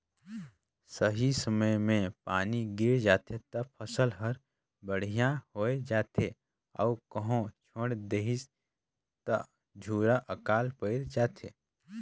सही समय मे पानी गिर जाथे त फसल हर बड़िहा होये जाथे अउ कहो छोएड़ देहिस त झूरा आकाल पइर जाथे